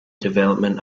development